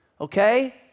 okay